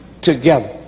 together